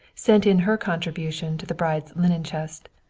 sent in her contribution to the bride's linen chest.